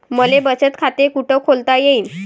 मले बचत खाते कुठ खोलता येईन?